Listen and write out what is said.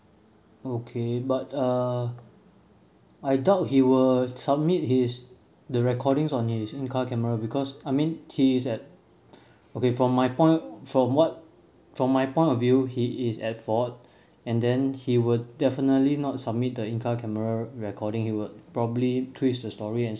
okay but uh I doubt he will submit his the recording on his in car camera because I mean he is at okay from my point from what from my point of view he is at fault and then he will definitely not submit the in car camera recording he would probably twist the story and